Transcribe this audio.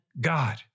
God